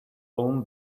own